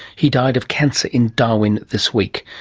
he died of cancer in darwin this week,